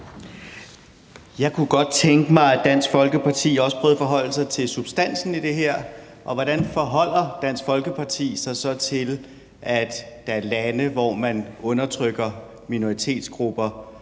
Jeg kunne godt tænke mig, at Dansk Folkeparti også prøvede at forholde sig til substansen i det her. Hvordan forholder Dansk Folkeparti sig så til, at der er lande, hvor man undertrykker minoritetsgrupper